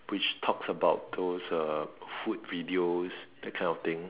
which talks about those uh food videos that kind of thing